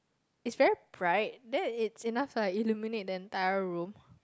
is very bright then is enough to illuminate the entire room